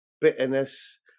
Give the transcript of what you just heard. bitterness